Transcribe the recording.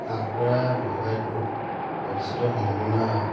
হাঁহ কুকুৰা কৰা ব্যৱসায়টো ভৱিষ্যতৰ সম্ভাৱনা